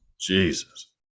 jesus